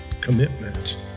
commitment